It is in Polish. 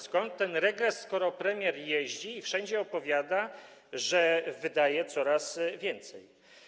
Skąd ten regres, skoro premier jeździ i wszędzie opowiada, że wydaje coraz więcej?